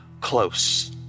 close